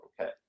Okay